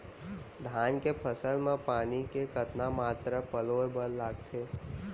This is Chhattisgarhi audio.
धान के फसल म पानी के कतना मात्रा पलोय बर लागथे?